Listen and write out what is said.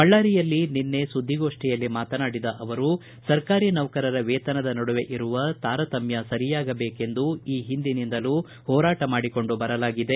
ಬಳ್ಳಾರಿಯಲ್ಲಿ ನಿನ್ನೆ ಸುದ್ದಿಗೋಷ್ಠಿಯಲ್ಲಿ ಮಾತನಾಡಿದ ಅವರು ಸರಕಾರಿ ನೌಕರರ ವೇತನದ ನಡುವೆ ಇರುವ ವೇತನದ ತಾರತಮ್ಯ ಸರಿಯಾಗಬೇಕೆಂದು ಈ ಹಿಂದಿನಿಂದಲೂ ಹೊರಾಟ ಮಾಡಿಕೊಂಡು ಬರಲಾಗಿದೆ